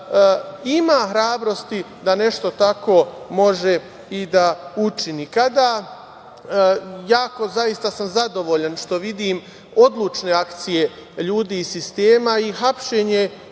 ima hrabrosti da nešto tako može i da učini. Jako sam zadovoljan što vidim odlučne akcije ljudi iz sistema i hapšenje